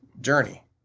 journey